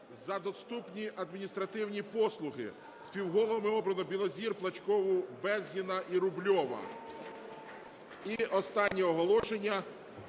"За доступні адміністративні послуги", співголовами обрано Білозір, Плачкову, Безгіна і Рубльова. І останнє оголошення.